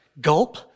Gulp